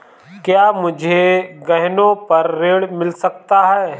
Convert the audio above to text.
क्या मुझे गहनों पर ऋण मिल सकता है?